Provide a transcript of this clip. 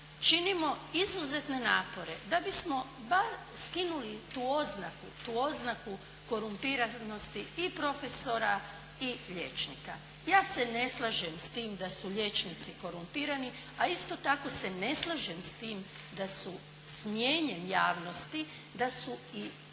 činimo izuzetne napore da bismo bar skinuli tu oznaku korumpiranosti i profesora i liječnika. Ja se ne slažem s tim da su liječnici korumpirani, a isto tako se ne slažem s tim da su s mnijenjem javnosti, da su i prosvjetni